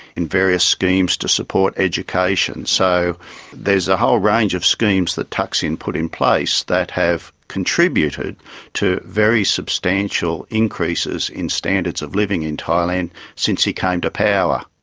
in various schemes to support education. so there's a whole range of schemes that thaksin put in place that have contributed to very substantial increases in standards of living in thailand since he came to power.